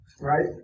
right